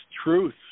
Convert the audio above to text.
truth